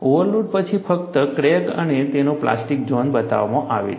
overload પછી ફક્ત crack અને તેનો પ્લાસ્ટિક ઝોન બતાવવામાં આવે છે